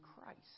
Christ